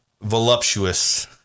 voluptuous